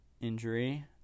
injury